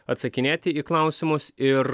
atsakinėti į klausimus ir